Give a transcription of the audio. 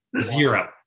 Zero